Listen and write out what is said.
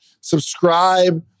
Subscribe